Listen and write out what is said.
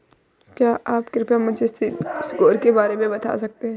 क्या आप कृपया मुझे सिबिल स्कोर के बारे में बता सकते हैं?